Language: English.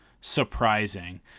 surprising